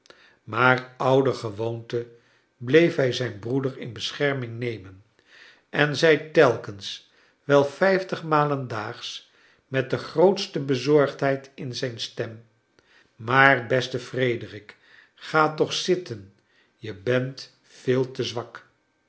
maar ouder gewoonte bleef hij zijn broeder in bescherming nemen en zei telkens wel vijftig malen daags met de grootste bezorgdheid in zijn stem maar beste frederik ga toch zitten je bent veel te zwak